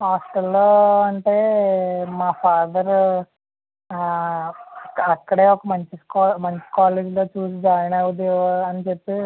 హాస్టల్లో అంటే మా ఫాదరు అక్కడే ఒక మంచి కాలేజ్ మంచి కాలేజ్లో చూసి జాయిన్ అవుదువు అని చెప్పి